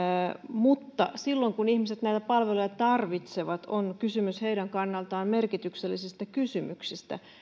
mutta silloin kun ihmiset näitä palveluja tarvitsevat on kysymys heidän kannaltaan merkityksellisistä kysymyksistä